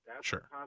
sure